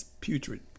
putrid